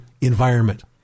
environment